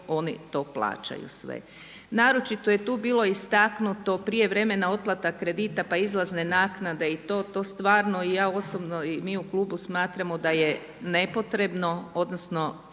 oni to plaćaju sve. Naročito je tu bilo istaknuto prijevremena otplata kredita, pa izlazne naknade i to. To stvarno i ja osobno i mi u klubu smatramo da je nepotrebno, odnosno